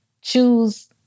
choose